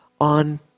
on